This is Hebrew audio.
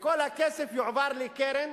וכל הכסף יועבר לקרן,